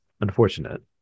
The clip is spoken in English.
unfortunate